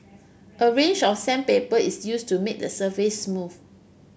a range of sandpaper is used to make the surface smooth